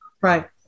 right